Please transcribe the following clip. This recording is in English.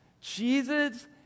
Jesus